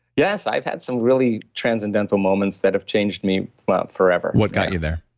yes. i've had some really transcendental moments that have changed me forever what got you there?